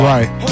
Right